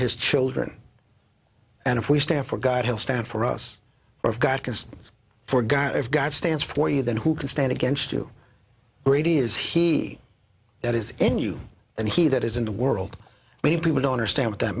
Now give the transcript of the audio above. his children and if we stand for god he'll stand for us of god forgot if god stands for you then who can stand against you great is he that is in you and he that is in the world many people don't understand what that